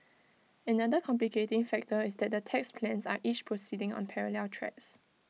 another complicating factor is that the tax plans are each proceeding on parallel tracks